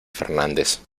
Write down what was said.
fernández